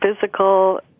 physical